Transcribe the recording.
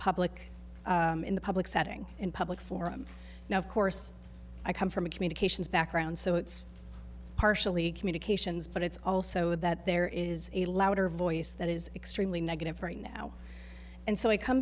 public in the public setting in public forum now of course i come from a communications background so it's partially communications but it's also that there is a louder voice that is extremely negative right now and so i come